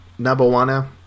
Nabawana